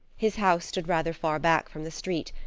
his house stood rather far back from the street,